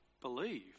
believe